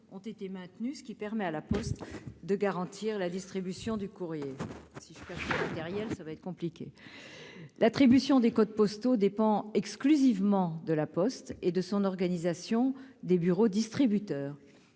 ont été maintenus, ce qui permet à la Poste de garantir la distribution du courrier, si je suis persuadé, derrière ça va être compliqué, l'attribution des codes postaux dépend exclusivement de la Poste et de son organisation, des bureaux distributeurs